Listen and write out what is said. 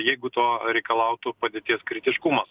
jeigu to reikalautų padėties kritiškumas